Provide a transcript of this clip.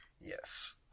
Yes